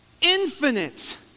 infinite